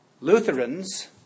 Lutherans